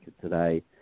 today